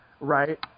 right